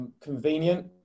convenient